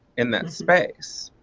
in that space?